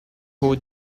who